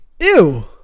Ew